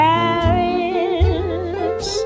Paris